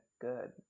good